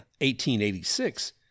1886